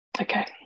Okay